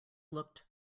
looked